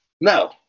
No